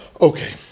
Okay